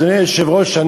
אדוני היושב-ראש,